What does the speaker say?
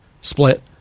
split